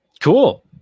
Cool